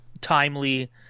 timely